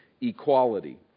equality